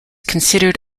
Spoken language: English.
considered